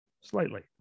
slightly